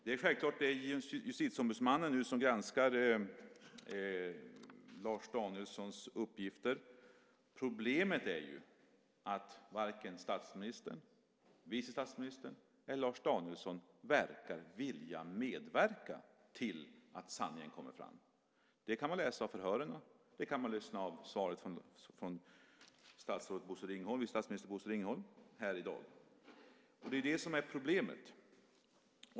Det är självklart att det är Justitieombudsmannen som nu granskar Lars Danielssons uppgifter. Problemet är ju att varken statsministern, vice statsministern eller Lars Danielsson verkar vilja medverka till att sanningen kommer fram. Det kan man utläsa av förhören, och det kan man höra av svaret från vice statsminister Bosse Ringholm här i dag. Det är det som är problemet.